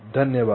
धन्यवाद